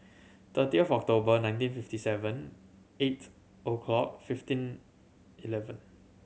thirty of October nineteen fifty seven eight O' clock fifteen eleven